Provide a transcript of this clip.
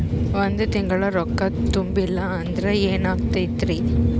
ಒಂದ ತಿಂಗಳ ರೊಕ್ಕ ತುಂಬಿಲ್ಲ ಅಂದ್ರ ಎನಾಗತೈತ್ರಿ?